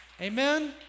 amen